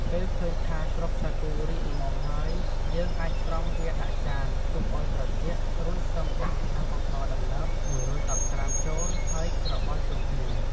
ពេលឃើញថា គ្រាប់សាគូរីកល្មមហើយ យើងអាចស្រង់វាដាក់ចាន ទុកឱ្យត្រជាក់ រួចសិមដាក់ម្សៅអង្ករដំណើប ១១០ក្រាមចូល ហើយច្របល់ចូលគ្នា។